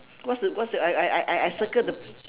what's the what's the I I I I I circle the